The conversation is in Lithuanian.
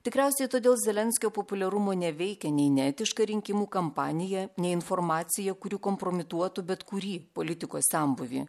tikriausiai todėl zelenskio populiarumo neveikia nei neetiška rinkimų kampanija nei informacija kuri kompromituotų bet kurį politikos senbuvį